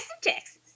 Texas